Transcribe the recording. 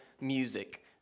music